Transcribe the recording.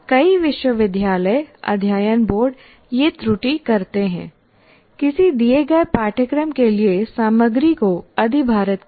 कई विश्वविद्यालयअध्ययन बोर्ड यह त्रुटि करते हैं किसी दिए गए पाठ्यक्रम के लिए सामग्री को अधिभारित करें